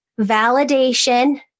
Validation